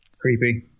Creepy